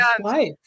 life